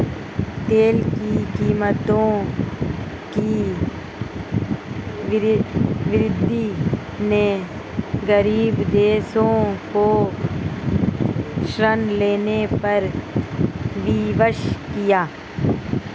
तेल की कीमतों की वृद्धि ने गरीब देशों को ऋण लेने पर विवश किया